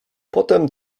potem